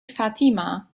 fatima